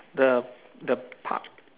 the the park